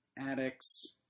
addicts